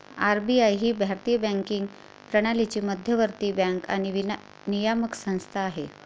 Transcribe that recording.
RBI ही भारतीय banking प्रणालीची मध्यवर्ती बँक आणि नियामक संस्था आहे